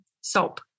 soap